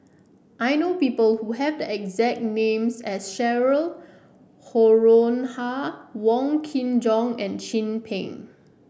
I know people who have the exact name as Cheryl Noronha Wong Kin Jong and Chin Peng